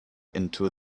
into